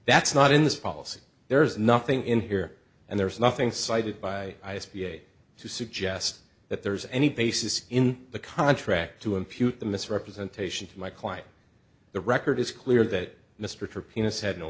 that's not in this policy there's nothing in here and there's nothing cited by v a to suggest that there's any basis in the contract to impute the misrepresentation to my client the record is clear that mr pierce had no